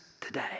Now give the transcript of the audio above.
today